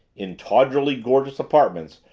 in tawdrily gorgeous apartments,